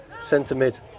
centre-mid